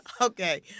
Okay